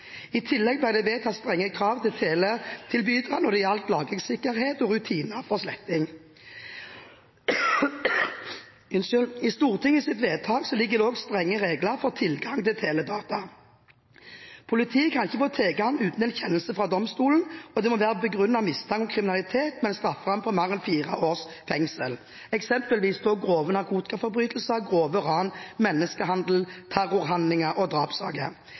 I tillegg ble det vedtatt strenge krav til teletilbyderne når det gjelder lagringssikkerhet og rutiner for sletting. I Stortingets vedtak ligger det også strenge regler for tilgang til teledata. Politiet kan ikke få tilgang uten en kjennelse fra domstolen, og det må være begrunnet mistanke om kriminalitet med en strafferamme på mer enn fire års fengsel, f.eks. grove narkotikaforbrytelser, grove ran, menneskehandel, terrorhandlinger og